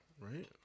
Right